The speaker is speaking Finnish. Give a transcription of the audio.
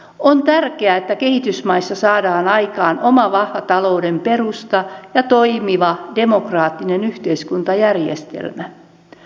on tärkeää että kehitysmaissa saadaan aikaan oma vahva talouden perusta ja toimiva demokraattinen yhteiskuntajärjestelmä